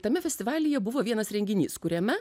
tame festivalyje buvo vienas renginys kuriame